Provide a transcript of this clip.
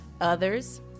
others